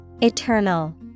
Eternal